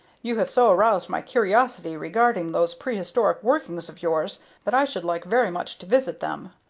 you have so aroused my curiosity regarding those prehistoric workings of yours that i should like very much to visit them.